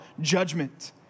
judgment